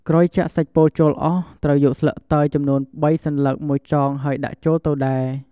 ក្រោយចាក់សាច់ពោតចូលអស់ ត្រូវយកស្លឹកតើយចំនួនបីសន្លឹកមកចងហើយដាក់ចូលទៅដែរ។